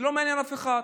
זה לא מעניין אף אחד.